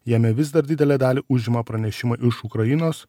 jame vis dar didelę dalį užima pranešimai iš ukrainos